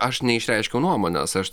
aš neišreiškiau nuomonės aš